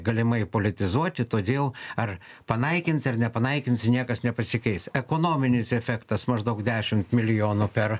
galimai politizuoti todėl ar panaikinsi ar nepanaikinsi niekas nepasikeis ekonominis efektas maždaug dešim milijonų per